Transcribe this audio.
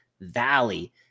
Valley